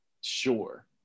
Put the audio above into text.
Sure